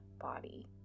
body